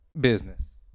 business